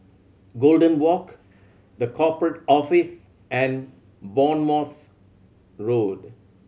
Golden Walk The Corporate Office and Bournemouth Road